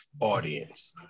audience